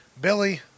Billy